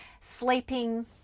sleeping